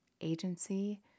agency